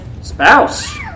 spouse